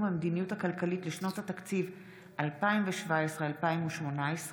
המדיניות הכלכלית לשנות התקציב 2017 ו-2018)